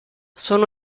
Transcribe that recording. sono